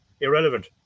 irrelevant